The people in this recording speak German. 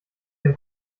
dem